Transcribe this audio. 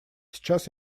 сейчас